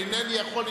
אינני יכול,